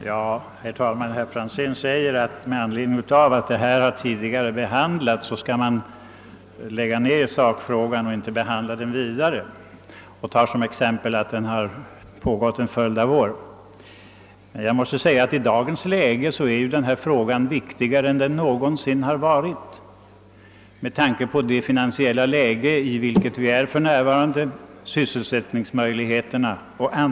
Herr talman! Herr Franzén i Motala hävdar att med anledning av att ärendet behandlats tidigare skall vi inte debattera sakfrågan, särskilt som systemet tillämpats under en följd av år. Jag måste emellertid säga att i dagens läge är denna fråga viktigare än någonsin med hänsyn till det finansiella läge vi befinner oss i, med hänsyn till sysselsättningsmöjligheterna o. s. v.